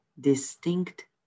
distinct